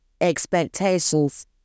expectations